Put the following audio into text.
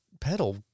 pedal